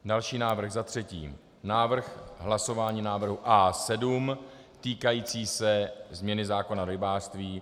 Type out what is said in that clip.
Další návrh, za třetí, hlasování návrhu A7 týkajícího se změny zákona o rybářství.